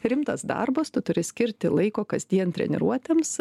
rimtas darbas tu turi skirti laiko kasdien treniruotėms